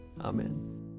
Amen